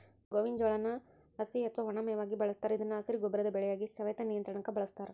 ಗೋವಿನ ಜೋಳಾನ ಹಸಿ ಅತ್ವಾ ಒಣ ಮೇವಾಗಿ ಬಳಸ್ತಾರ ಇದನ್ನು ಹಸಿರು ಗೊಬ್ಬರದ ಬೆಳೆಯಾಗಿ, ಸವೆತ ನಿಯಂತ್ರಣಕ್ಕ ಬಳಸ್ತಾರ